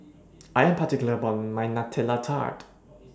I Am particular about My Nutella Tart